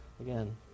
again